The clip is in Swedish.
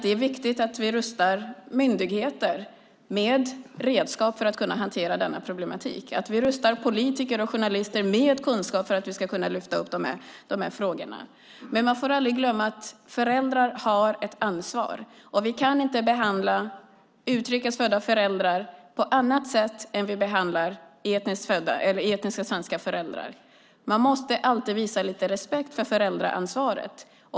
Det är viktigt att vi rustar myndigheter med redskap för att kunna hantera denna problematik och att vi rustar politiker och journalister med kunskap för att vi ska kunna lyfta upp de här frågorna. Men man får aldrig glömma att föräldrar har ett ansvar. Vi kan inte behandla utrikes födda föräldrar på annat sätt än vi behandlar etniska svenska föräldrar. Man måste alltid visa lite respekt för föräldraansvaret.